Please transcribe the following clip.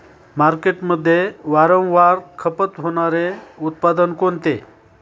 मार्केटमध्ये वारंवार खपत होणारे उत्पादन कोणते?